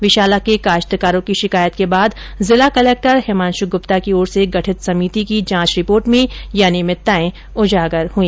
विशाला के काश्तकारों की शिकायत के बाद जिला कलक्टर हिमांशु गुप्ता की ओर से गठित समिति की जांच रिपोर्ट में ये अनियमिततायें उजागर हई